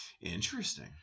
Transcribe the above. interesting